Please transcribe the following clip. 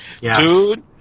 Dude